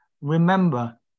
remember